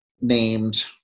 named